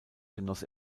genoss